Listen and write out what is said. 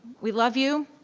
we love you.